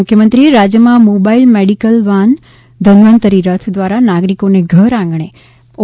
મુખ્યમંત્રીએ રાજ્યમાં mobile medical van Dhanvantari રથ દ્વારા નાગરિકોને ઘર આંગણે ઓ